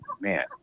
man